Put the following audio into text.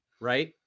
right